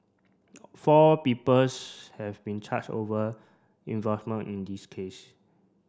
four peoples have been charged over involvement in this case